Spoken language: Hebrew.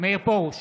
מאיר פרוש,